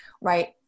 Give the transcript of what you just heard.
right